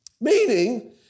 Meaning